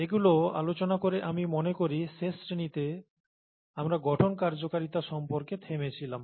এগুলো আলোচনা করে আমি মনেকরি শেষ শ্রেণীতে আমরা গঠন কার্যকারিতা সম্পর্কে থেমেছিলাম